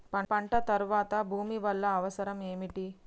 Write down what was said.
పంట తర్వాత భూమి వల్ల అవసరం ఏమిటి?